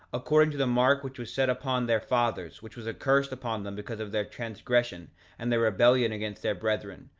according to the mark which was set upon their fathers, which was a curse upon them because of their transgression and their rebellion against their brethren,